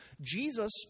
Jesus